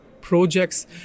projects